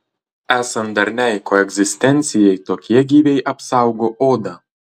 esant darniai koegzistencijai tokie gyviai apsaugo odą